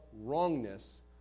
wrongness